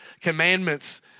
commandments